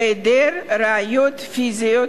היעדר ראיות פיזיות